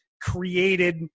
created